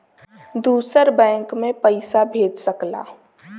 दूसर बैंक मे पइसा भेज सकला